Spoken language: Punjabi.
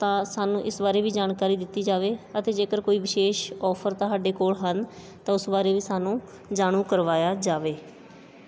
ਤਾਂ ਸਾਨੂੰ ਇਸ ਬਾਰੇ ਵੀ ਜਾਣਕਾਰੀ ਦਿੱਤੀ ਜਾਵੇ ਅਤੇ ਜੇਕਰ ਕੋਈ ਵਿਸ਼ੇਸ਼ ਆਫਰ ਤੁਹਾਡੇ ਕੋਲ ਹਨ ਤਾਂ ਉਸ ਬਾਰੇ ਵੀ ਸਾਨੂੰ ਜਾਣੂ ਕਰਵਾਇਆ ਜਾਵੇ